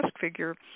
figure